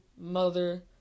mother